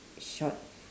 short~